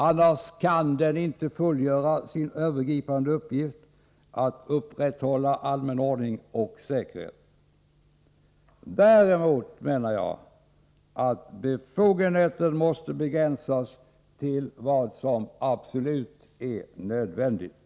Annars kan den inte fullgöra sin övergripande uppgift att upprätthålla allmän ordning och säkerhet. Däremot menar jag att befogenheten måste begränsas till vad som är absolut nödvändigt.